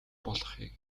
болохыг